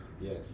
Yes